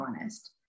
honest